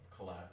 collab